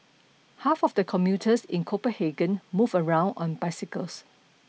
half of the commuters in Copenhagen move around on bicycles